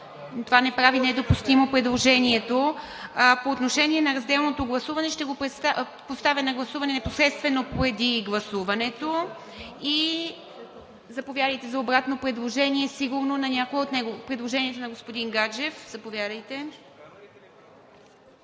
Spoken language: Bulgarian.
това не прави недопустимо предложението. А по отношение на разделното гласуване – ще го поставя на гласуване непосредствено преди гласуването. Заповядайте за обратно предложение. Сигурно на предложенията на господин Гаджев.